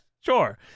Sure